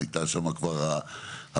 הייתה שם כבר הפוליטיקה.